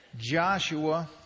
Joshua